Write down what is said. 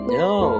no